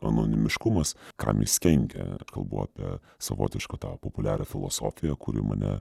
anonimiškumas kam jis kenkia kalbu apie savotišką tą populiarią filosofiją kuri mane